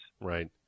Right